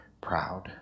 proud